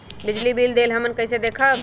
बिजली बिल देल हमन कईसे देखब?